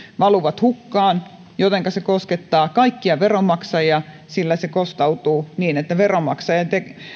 valuvat hukkaan jotenka se koskettaa kaikkia veronmaksajia sillä se kostautuu niin että veronmaksajan